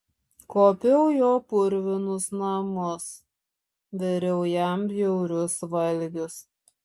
kuopiau jo purvinus namus viriau jam bjaurius valgius